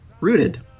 Rooted